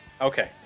Okay